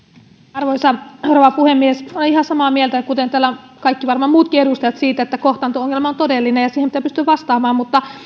arvoisa rouva puhemies olen ihan samaa mieltä kuin täällä varmaan kaikki muutkin edustajat siitä että kohtaanto ongelma on todellinen ja siihen pitää pystyä vastaamaan mutta